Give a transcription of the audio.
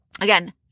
Again